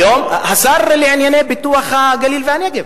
היום השר לענייני פיתוח הגליל והנגב,